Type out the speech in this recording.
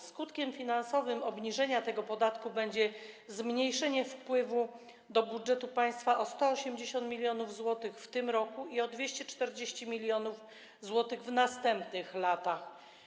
Skutkiem finansowym obniżenia tego podatku będzie zmniejszenie wpływu do budżetu państwa o 180 mln zł w tym roku i o 240 mln zł w następnych latach.